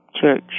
church